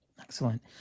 Excellent